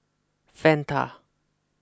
Fanta